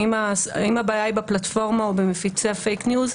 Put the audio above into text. האם הבעיה היא בפלטפורמה או במפיצי ה"פייק ניוז"?